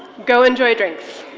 go enjoy drinks